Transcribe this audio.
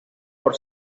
por